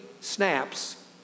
snaps